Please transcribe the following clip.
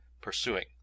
pursuing